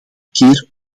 keer